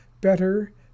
better